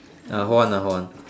err hold on ah hold on